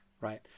right